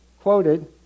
quoted